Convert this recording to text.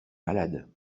malade